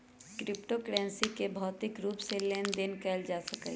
crypto currency के भौतिक रूप से लेन देन न कएल जा सकइय